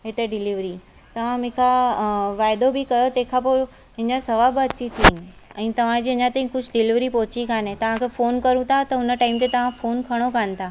हिते डिलीवरी तव्हां मूंखां वाइदो बि कयो तंहिंखां पोइ हीअंर सवा ॿ अची थिया ऐं तव्हांजी अञा ताईं कुझु डिलीवरी पहुची कोन्हे तव्हांखे फ़ोन कयूं था त हुन टाइम ते तव्हां फ़ोन खणो कोन्ह था